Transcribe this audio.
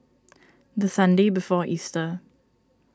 the Sunday before Easter